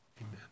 Amen